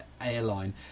airline